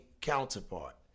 counterpart